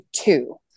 two